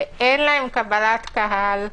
שאין להם קבלת קהל,